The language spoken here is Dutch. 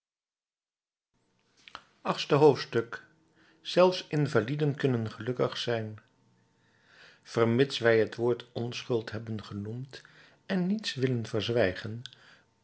achtste hoofdstuk zelfs invaliden kunnen gelukkig zijn vermits wij het woord onschuld hebben genoemd en niets willen verzwijgen